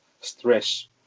stress